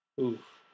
Oof